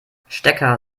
stecker